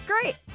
great